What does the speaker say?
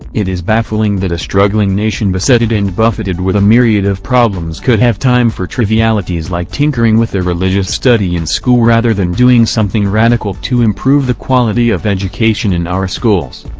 it is baffling that a struggling nation besetted and buffeted with a myriad of problems could have time for trivialities like tinkering with a religious study in school rather than doing something radical to improve the quality of education in our schools.